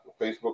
Facebook